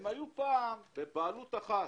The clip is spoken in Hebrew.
הם היו פעם בבעלות אחת.